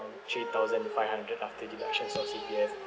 three thousand five hundred after deductions of C_P_F